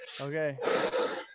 Okay